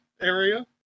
area